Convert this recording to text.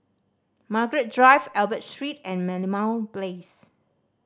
Margaret Drive Albert Street and Merlimau Place